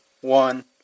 one